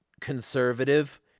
conservative